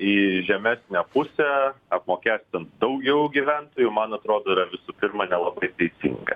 į žemesnę pusę apmokestint daugiau gyventojų man atrodo yra visų pirma nelabai teisinga